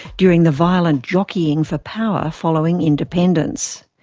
during the violent jockeying for power following independence.